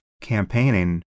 campaigning